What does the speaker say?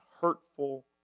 hurtful